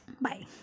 bye